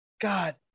God